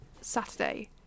Saturday